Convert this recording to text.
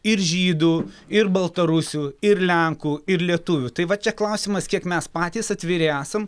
ir žydų ir baltarusių ir lenkų ir lietuvių tai va čia klausimas kiek mes patys atviri esam